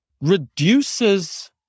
reduces